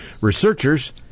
Researchers